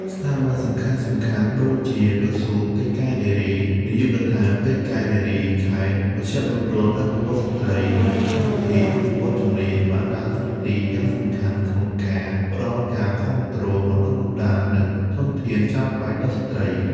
ស្ថាប័នសំខាន់ៗដូចជា ក្រសួងកិច្ចការនារី នាយកដ្ឋានកិច្ចការនារីខេត្ត មជ្ឈមណ្ឌលអភិវឌ្ឍន៍ស្ត្រី និងកម្មវិធីអភិវឌ្ឍន៍ជំនាញបានដើរតួនាទីយ៉ាងសំខាន់ក្នុងការផ្តល់ការគាំទ្រ បណ្តុះបណ្តាល និងធនធានចាំបាច់ដល់ស្ត្រី។